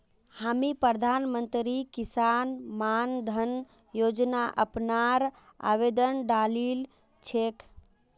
हामी प्रधानमंत्री किसान मान धन योजना अपनार आवेदन डालील छेक